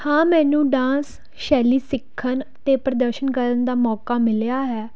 ਹਾਂ ਮੈਨੂੰ ਡਾਂਸ ਸ਼ੈਲੀ ਸਿੱਖਣ ਅਤੇ ਪ੍ਰਦਰਸ਼ਨ ਕਰਨ ਦਾ ਮੌਕਾ ਮਿਲਿਆ ਹੈ